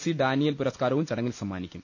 C Daniel പുരസ്കാരവും ചടങ്ങിൽ സമ്മാനിക്കും